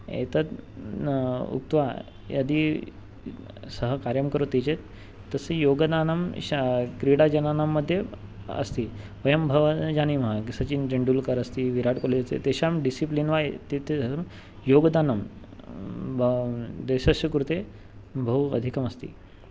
एतद् उक्त्वा यदि सः कार्यं करोति चेत् तस्य योगदानं शा क्रीडाजनानां मध्ये अस्ति वयं भव जानीमः सचिन् तेण्डुल्कर् अस्ति विराट् कोलि अस्ति तेषां डिसिप्लिन् वा एतत् योगदानं देशस्य कृते बहु अधिकमस्ति